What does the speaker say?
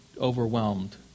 overwhelmed